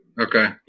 Okay